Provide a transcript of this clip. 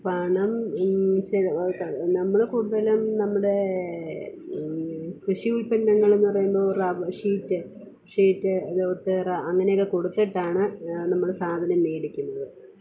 പണം നമ്മൾ കൂടുതലും നമ്മുടെ കൃഷി ഉത്പ്പന്നങ്ങൾ എന്ന് പറയുമ്പോൾ റബ് ഷീറ്റ് ഷീറ്റ് തൊട്ട് റ അങ്ങനെയൊക്കെ കൊടുത്തിട്ടാണ് നമ്മൾ സാധനം മേടിക്കുന്നത്